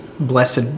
blessed